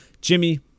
Jimmy